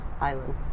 island